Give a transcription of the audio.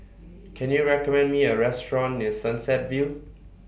Can YOU recommend Me A Restaurant near Sunset View